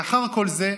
לאחר כל זה,